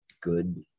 Good